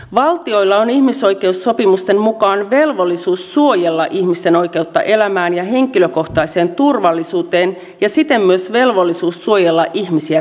valtioilla on ihmisoikeussopimusten mukaan velvollisuus suojella ihmisten oikeutta elämään ja henkilökohtaiseen turvallisuuteen ja siten myös velvollisuus suojella ihmisiä terrorismilta